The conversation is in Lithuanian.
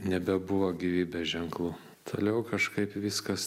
nebebuvo gyvybės ženklų toliau kažkaip viskas